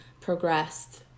progressed